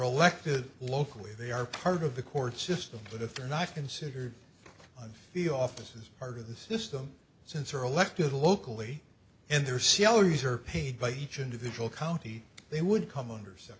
acted locally they are part of the court system but if they're not considered i feel offices part of the system since are elected locally in their salaries are paid by each individual county they would come under s